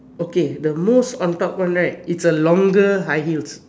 okay the most on top one right is a longer high heels